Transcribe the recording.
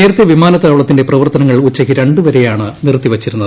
നേരത്തെ വിമാനത്താവളത്തിന്റെ പ്രവർത്തനങ്ങൾ ഉച്ചയ്ക്ക് രണ്ട് വരെയാണ് നിർത്തിവച്ചിരുന്നത്